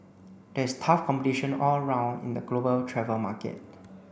there is tough competition all round in the global travel market